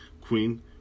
Queen